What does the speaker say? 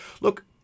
Look